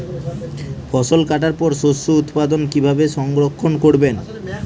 ফসল কাটার পর শস্য উৎপাদন কিভাবে সংরক্ষণ করবেন?